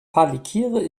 palikir